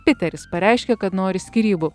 piteris pareiškia kad nori skyrybų